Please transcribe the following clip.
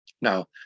Now